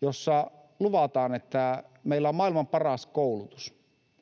jossa luvataan, että meillä on maailman paras koulutus.